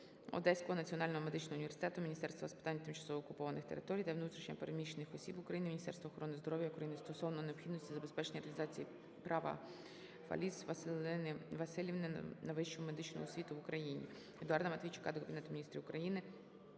Одеського національного медичного університету, Міністерства з питань тимчасово окупованих територій та внутрішньо переміщених осіб України, Міністерства охорони здоров'я України стосовно необхідності забезпечення реалізації права Фаліс Василини Василівни на вищу медичну освіту в Україні.